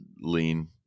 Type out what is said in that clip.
lean